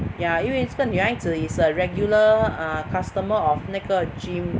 ya 因为这个女孩子 is a regular err customer of 那个 gym